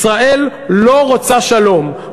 ישראל לא רוצה שלום,